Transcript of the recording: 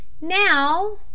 now